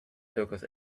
circus